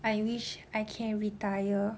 I wish I can retire